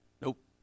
Nope